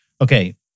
Okay